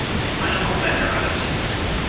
and my uncle met her on a sea trip.